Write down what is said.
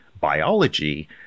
biology